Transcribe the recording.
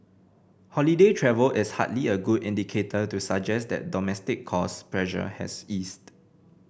holiday travel is hardly a good indicator to suggest that domestic cost pressure has eased